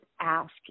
ask